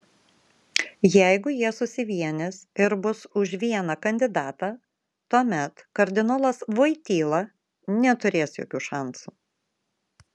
jeigu jie susivienys ir bus už vieną kandidatą tuomet kardinolas voityla neturės jokių šansų